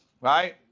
Right